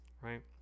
right